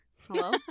Hello